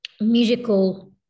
musical